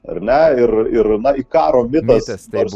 ar ne ir ir na ikaro mitas